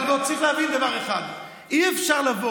אבל צריך להבין דבר אחד: אי-אפשר לבוא,